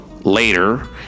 later